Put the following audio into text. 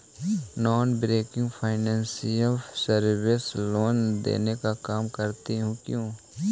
Non banking financial services loan देने का काम करती है क्यू?